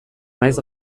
maiz